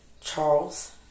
Charles